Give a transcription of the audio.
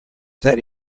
that